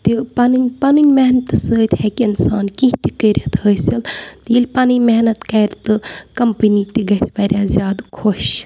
تہِ پَنٕنۍ پَنٕنۍ محنتہٕ سۭتۍ ہیٚکہِ اِنسان کینٛہہ تہِ کٔرِتھ حٲصِل تہٕ ییٚلہِ پَنٕنۍ محنت کَرِ تہٕ کَمپٔنی تہِ گژھِ واریاہ زیادٕ خۄش